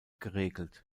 geregelt